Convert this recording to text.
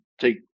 take